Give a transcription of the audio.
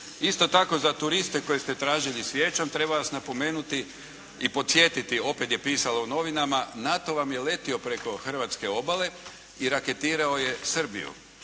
Isto tako za turiste koje ste tražili svijećom treba vam napomenuti i podsjetiti, opet je pisalo u novinama NATO vam je letio preko hrvatske obale i raketirao je Srbiju